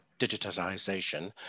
digitization